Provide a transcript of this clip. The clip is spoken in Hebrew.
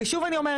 ושוב אני אומרת,